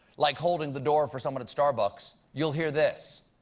like holding the door for someone at starbucks, you'll hear this